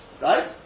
Right